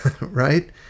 right